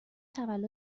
تولد